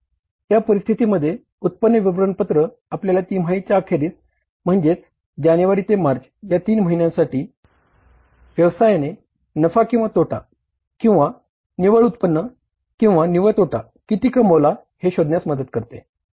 या परिस्थितीमध्ये उत्पन्न विवरणपत्र आपल्याला तिमाहीच्या अखेरीस म्हणजेच जानेवारी ते मार्च ह्या तीन महिन्यासाठी व्यवसायाने नफा किंवा तोटा किंवा निव्वळ उत्पन्न किंवा निव्वळ तोटा किती कमवला हे शोधण्यास मदत करते